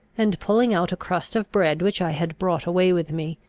and, pulling out a crust of bread which i had brought away with me,